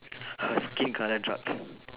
her skin colour dark